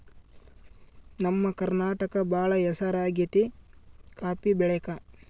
ನಮ್ಮ ಕರ್ನಾಟಕ ಬಾಳ ಹೆಸರಾಗೆತೆ ಕಾಪಿ ಬೆಳೆಕ